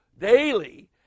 daily